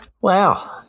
Wow